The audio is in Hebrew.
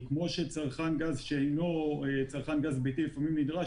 כמו שצרכן גז שאינו צרכן גז ביתי לפעמים נדרש,